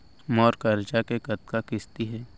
मोर करजा के कतका किस्ती हे?